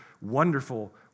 wonderful